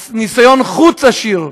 ניסיון חוץ עשיר,